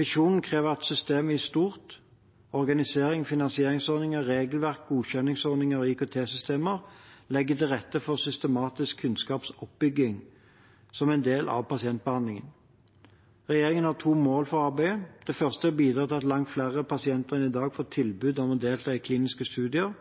Visjonen krever at systemet i stort – organisering, finansieringsordninger, regelverk, godkjenningsordninger og IKT-systemer – legger til rette for systematisk kunnskapsoppbygging som en del av pasientbehandlingen. Regjeringen har to mål for arbeidet. Det første er å bidra til at langt flere pasienter enn i dag får tilbud om å delta i kliniske studier.